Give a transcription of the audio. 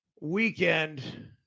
weekend